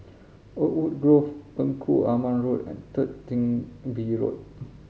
Oakwood Grove Engku Aman Road and Third Chin Bee Road